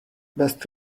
best